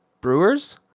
Brewers